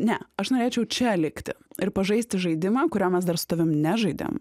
ne aš norėčiau čia likti ir pažaisti žaidimą kurio mes dar su tavim nežaidėm